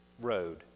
road